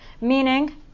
meaning